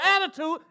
attitude